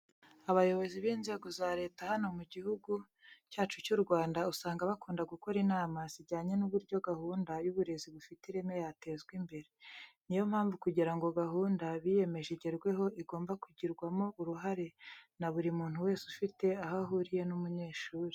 Abayobozi b'inzego za leta hano mu Gihugu cyacu cy'u Rwanda usanga bakunda gukora inama zijyanye n'uburyo gahunda y'uburezi bufite ireme yatezwa imbere. Ni yo mpamvu kugira ngo gahunda biyemeje igerweho igomba kugirwamo uruhare na buri muntu wese ufite aho ahuriye n'umunyeshuri.